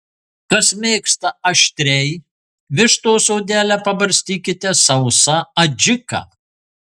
kas mėgsta aštriai vištos odelę pabarstykite sausa adžika